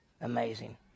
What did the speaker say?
Amazing